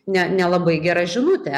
ne nelabai gera žinutė